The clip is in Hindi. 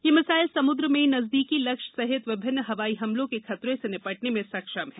यह मिसाइल समुद्र में नजदीकी लक्ष्य सहित विभिन्न हवाई हमलों के खतरे से निपटने में सक्षम है